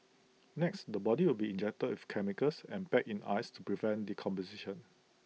next the body will be injected with chemicals and packed in ice to prevent decomposition